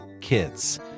kids